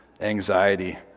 anxiety